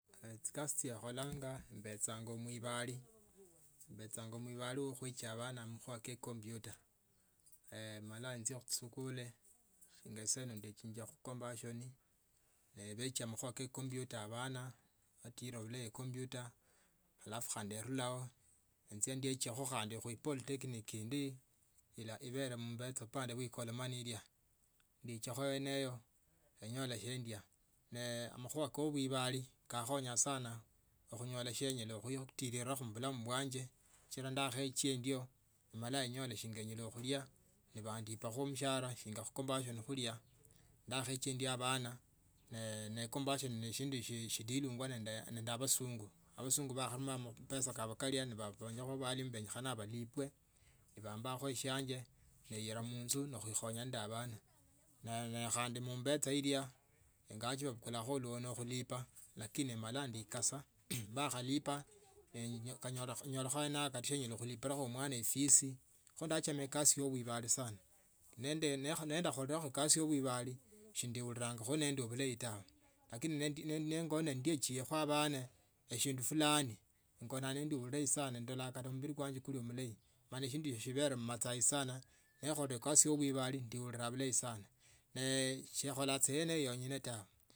chikasi chie kholanga mbechanga mwibali mbechangamwibali we khuekia bana amakhuwa kye compyuta mala enjia khuskuli engasana embekia mcompasion neyichia makhuwa kya computer abana ibatila bulayi ecomputer alafu khandi irulayo enjie ndiekye khu polytechnic indi ibele upande wa ikolomani mbekiakho yene yo alafu nenyola siokhulia ne amakhuwa ko ubibwali kakhonya sana khunyola kie nyala khutirirakho mu balamu bwanje shiwa ndakhaeka endio emala inyda shinga enyala khulia nabandipakho mhoharax khucompasion neshindi shindi vulumbangwa nende abasungu abali amapwa kaa bakali bano na baenga amapesa kenyekha balimu balipwe nambakho shianje nembila munzu nekhukhonyana nendeabana maa khandi muimbesa ilya ingawoje babukulakho hunwo khulipa lakini emala ndakaso bakhalipa nenyola sinyala khuikhonyalakho munzu ilya noba obula inzuindayi noonyala wakhaombakha enzu indayi naba noli inzu iyo yabaa mabati kafutu khakho noinya mabati kalya nokhola shina noromo amabati malayi noba ubele nabula ingo yoo khulanyo nomba ubula ingombe nonyola bulgno inakhakula ingombe wakhara mulwani noonyala bulario amapera ka wakharumishile kama amabela aundi ule nende ingombe bulano amapisa kamo kakhakhanya kehakhulipa kata noli no omwara khusikuli ochakhulipila efisi noonyola bulama bwakhaanza khuba bulayi lakini ne wikhala so mbu wenyanga mbu ubee mundu wa khusaba nambaubea munduwa. Khurelwa nomba kandi abandi babeleo shinga bibili amakhawa kasiki mwanasiasa avele abele abundu fulani nenya enjie mjabe sonyolakho bulamu babwe bube bulayi tawe sichira mindu nakguenyanga inyanga iko mkombe shikhuwa toa mwene khandi uirume ureo mikakati milayi chiengokhane chomanye mbu nekhola shindu fulani shindu shhino shishakhumbakho shino, neraka chifwa chino enjia khukusia nechimbakho ambesa neruka ingokho enjia khukusia nenyolamo ambesa neruka ingokho ndachia khumiaramo libuyu nelachila busuma.